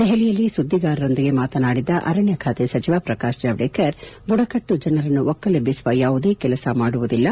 ದೆಹಲಿಯಲ್ಲಿ ಸುದ್ದಿಗಾರರೊಂದಿಗೆ ಮಾತನಾಡಿದ ಅರಣ್ಯ ಖಾತೆ ಸಚಿವ ಪ್ರಕಾಶ್ ಜಾವಡೇಕರ್ ಬುಡಕಟ್ಟು ಜನರನ್ನು ಒಕ್ಕಲೆಬ್ಬಿಸುವ ಯಾವುದೇ ಕೆಲಸ ಮಾಡುವುದಿಲ್ಲ